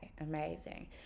amazing